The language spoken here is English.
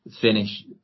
finish